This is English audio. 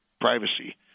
privacy